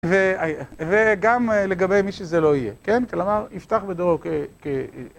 וגם לגבי מי שזה לא יהיה, כן? כלומר, יפתח בדורו כ...